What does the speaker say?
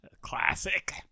Classic